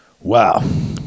Wow